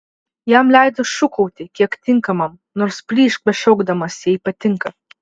jam leido šūkauti kiek tinkamam nors plyšk bešaukdamas jei patinka